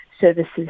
services